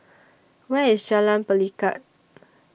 Where IS Jalan Pelikat